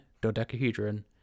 dodecahedron